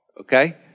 Okay